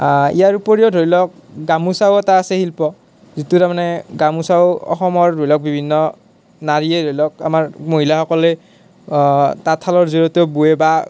ইয়াৰ উপৰিয়ো ধৰি লওক গামোচাও এটা আছে শিল্প যিটো তাৰ মানে গামোচাও অসমৰ ধৰি লওক বিভিন্ন নাৰীয়ে ধৰি লওক আমাৰ মহিলাসকলে তাঁতশালৰ জৰিয়তেও বোৱে বা